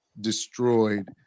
destroyed